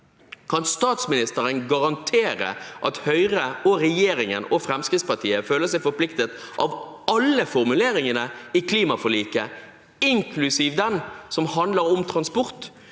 Kan statsministeren garantere at Høyre, regjeringen og Fremskrittspartiet føler seg forpliktet av alle formuleringene i klimaforliket, inklusiv den som handler om transport?